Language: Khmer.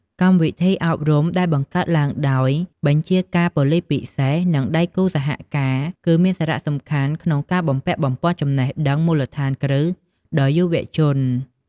កម្មវិធីអប់រំដែលបង្កើតឡើងដោយបញ្ជាការប៉ូលិសពិសេស និងដៃគូសហការ គឺមានសារៈសំខាន់ណាស់ក្នុងការបំពាក់បំប៉នចំណេះដឹងមូលដ្ឋានគ្រឹះដល់យុវជន។